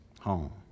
home